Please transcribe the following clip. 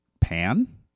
pan